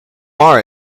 are